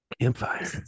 Campfire